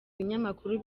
ibinyamakuru